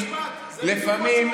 לפעמים,